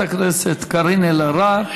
לחברת הכנסת קארין אלהרר.